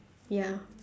ya